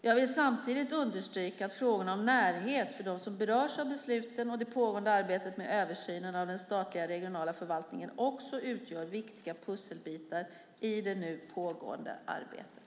Jag vill samtidigt understryka att frågorna om närheten för dem som berörs av besluten och det pågående arbetet med översynen av den statliga regionala förvaltningen också utgör viktiga pusselbitar i det nu pågående arbetet.